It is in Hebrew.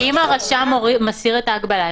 אם הרשם מסיר את ההגבלה,